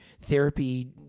therapy